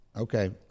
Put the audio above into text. Okay